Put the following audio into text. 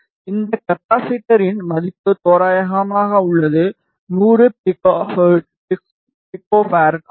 இந்த கபாசிட்டரின் மதிப்பு தோராயமாக உள்ளது 100 பிகோ ஆகும்